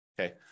Okay